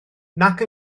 nac